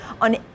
on